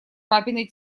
папиной